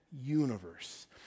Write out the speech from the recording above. universe